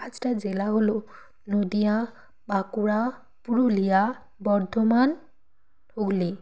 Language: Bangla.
পাঁচটা জেলা হলো নদিয়া বাঁকুড়া পুরুলিয়া বর্ধমান হুগলি